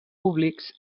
públics